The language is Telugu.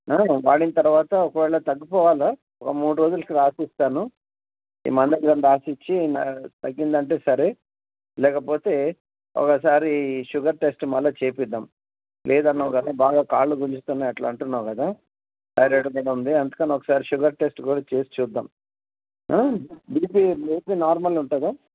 వాడిన తర్వాత ఒకవేళ తగ్గిపోవాలి ఒక మూడు రోజులకి రాసిస్తాను ఈ మందులని రాసి ఇచ్చి తగ్గిందంటే సరే లేకపోతే ఒకసారి షుగర్ టెస్ట్ మరల చేపిద్దాం లేదన్నావు కానీ బాగా కాళ్ళు గుంజుతున్నాయి అట్ల అంటున్నావు కదా అది ఎందుకని ఉంది అందుకని ఒకసారి షుగర్ టెస్ట్ కూడా చేసి చూద్దాం బీపీ బీపీ నార్మల్ ఉంటుందా